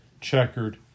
checkered